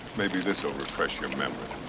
maybe this will refresh your memory.